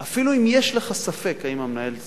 אפילו אם יש לך ספק אם המנהל צדק,